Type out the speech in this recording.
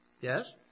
Yes